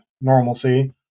normalcy